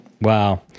wow